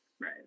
Right